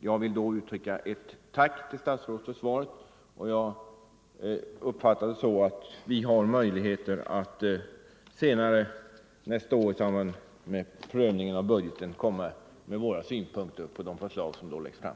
Jag vill då uttala ett tack till statsrådet för svaret. Jag uppfattar det så att vi har möjligheter att nästa år i samband med prövningen av budgeten framföra våra synpunkter på de förslag som då läggs fram.